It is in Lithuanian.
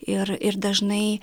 ir ir dažnai